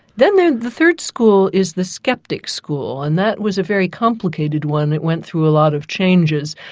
then then the third school is the sceptic school, and that was a very complicated one. it went through a lot of changes,